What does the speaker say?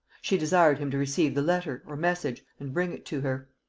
she desired him to receive the letter, or message, and bring it to her.